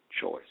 choice